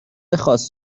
خاص